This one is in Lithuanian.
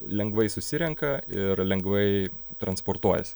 lengvai susirenka ir lengvai transportuojasi